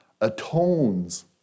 atones